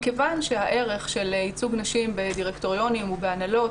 מכיוון שהערך של ייצוג נשים בדירקטוריונים ובהנהלות